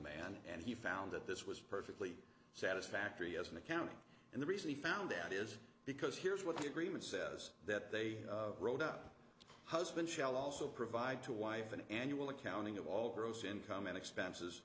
man and he found that this was perfectly satisfactory as an accounting and the reason he found out is because here's what the agreement says that they wrote up husband shall also provide to wife an annual accounting of all gross income and expenses